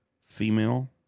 female